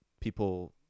people